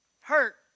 Hurt